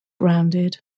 grounded